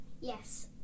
yes